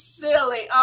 silly